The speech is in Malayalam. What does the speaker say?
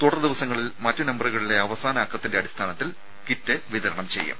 തുടർ ദിവസങ്ങളിൽ മറ്റു നമ്പറുകളിലെ അവസാന അക്കത്തിന്റെ അടിസ്ഥാനത്തിൽ കിറ്റ് വിതരണം ചെയ്യും